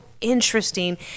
interesting